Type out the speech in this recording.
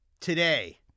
Today